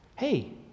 hey